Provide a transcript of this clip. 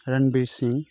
Ranbir Singh